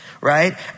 right